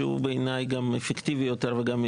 שהוא בעיני גם אפקטיבי יותר וגם עם